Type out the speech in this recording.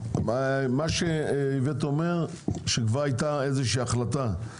לפי דבריו של איווט הייתה כבר איזושהי החלטה או כוונה.